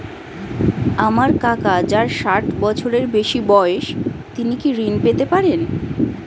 আমার কাকা যার ষাঠ বছরের বেশি বয়স তিনি কি ঋন পেতে পারেন?